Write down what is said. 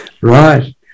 right